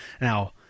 Now